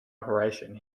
operation